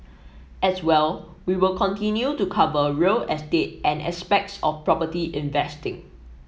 as well we'll continue to cover real estate and aspects of property investing